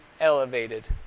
elevated